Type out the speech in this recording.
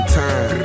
time